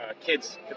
kids